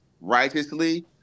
righteously